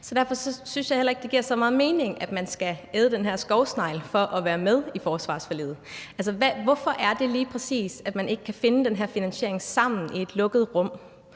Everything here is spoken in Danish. Derfor synes jeg heller ikke, det giver så meget mening, at man skal æde den her skovsnegl for at være med i forsvarsforliget. Altså, hvorfor er det lige præcis, at man ikke kan finde den her finansiering sammen i et lukket rum?